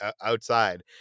outside